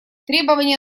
требования